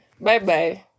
Bye-bye